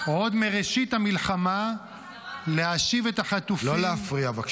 עוד מראשית המלחמה ----- לא להפריע, בבקשה.